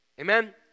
Amen